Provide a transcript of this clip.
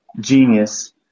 genius